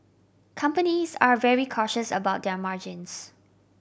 companies are very cautious about their margins